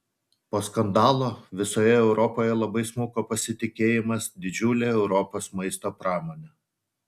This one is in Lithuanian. po skandalo visoje europoje labai smuko pasitikėjimas didžiule europos maisto pramone